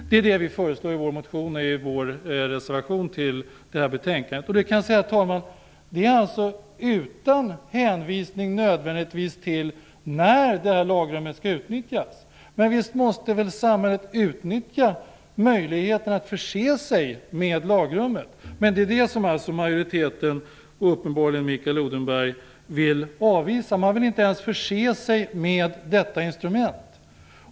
Det är det vi föreslår i vår motion och i vår reservation till det här betänkandet - detta utan hänvisning till när det här lagrummet skall utnyttjas. Men visst måste väl samhället utnyttja möjligheten att förse sig med lagrummet? Det är detta som majoriteten uppenbarligen, Mikael Odenberg, vill avvisa. Man vill inte ens förse sig med detta instrument.